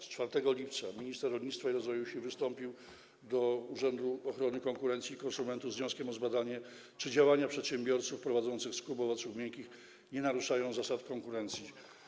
Na przykład 4 lipca minister rolnictwa i rozwoju wsi wystąpił do Urzędu Ochrony Konkurencji i Konsumentów z wnioskiem o zbadanie, czy działania przedsiębiorców prowadzących skup owoców miękkich nie naruszają zasad konkurencji.